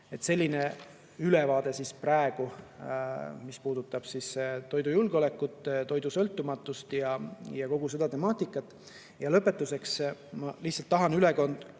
Selline ülevaade siis praegu, mis puudutab toidujulgeolekut, toidusõltumatust ja kogu seda temaatikat. Lõpetuseks, ma lihtsalt tahan üle korrata